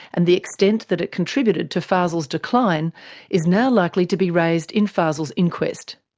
and the extent that it contributed to fazel's decline is now likely to be raised in fazel's inquest.